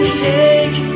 take